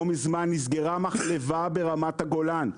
לא מזמן נסגרה מחלבה ברמת הגולן.